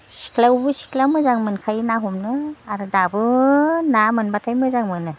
सिख्लायावबो सिख्ला मोजां मोनखायो ना हमनो आरो दाबो ना मोनब्लाथाय मोजां मोनो